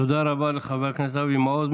תודה רבה לחבר הכנסת אבי מעוז.